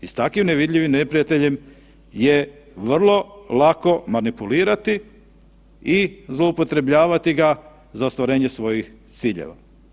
I s takvim nevidljivim neprijateljem je vrlo lako manipulirati i zloupotrebljavati ga za ostvarenje svojih ciljeva.